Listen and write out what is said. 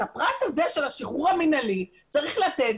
את הפרס הזה של השחרור המנהלי צריך לתת,